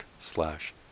slash